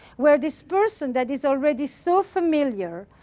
where this person that is already so familiar,